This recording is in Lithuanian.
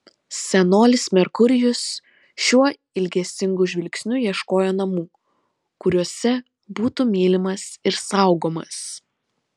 senolis merkurijus šiuo ilgesingu žvilgsniu ieško namų kuriuose būtų mylimas ir saugomas